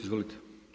Izvolite.